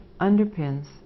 underpins